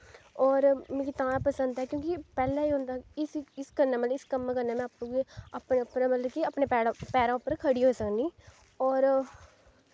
और मिगी तां पसंद ऐ क्योंकि पैह्लै जिसलै इस कन्नै मतलव इस कम्मै कन्नै में आपू बी अपने मतलव कि अपने पैरें पर खड़ी होई सकनी और